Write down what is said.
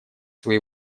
свои